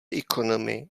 economy